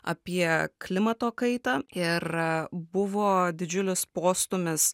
apie klimato kaitą ir buvo didžiulis postūmis